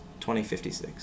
2056